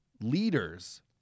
leaders